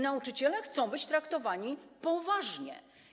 Nauczyciele chcą być traktowani poważnie.